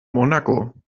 monaco